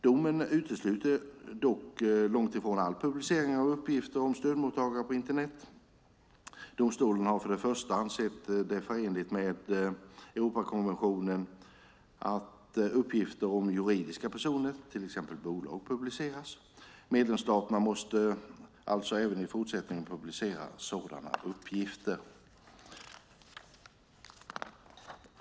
Domen utesluter dock långt ifrån all publicering av uppgifter om stödmottagare på Internet. Domstolen har för det första ansett det förenligt med Europakonventionen att uppgifter om juridiska personer, till exempel bolag, publiceras. Medlemsstaterna måste alltså även i fortsättningen publicera sådana uppgifter.